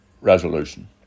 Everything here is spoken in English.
resolution